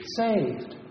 saved